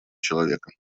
человека